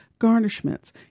garnishments